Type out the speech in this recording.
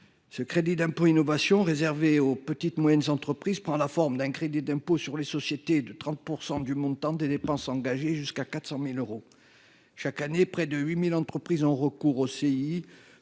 Ce crédit d’impôt, réservé aux petites et moyennes entreprises, prend la forme d’un crédit d’impôt sur les sociétés de 30 % du montant des dépenses engagées jusqu’à 400 000 euros. Chaque année, près de 8 000 entreprises ont recours au CII